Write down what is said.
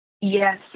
Yes